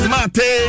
Mate